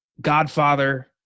Godfather